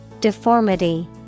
Deformity